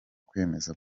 kwemeza